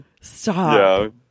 Stop